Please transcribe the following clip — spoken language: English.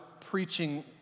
preaching